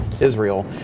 Israel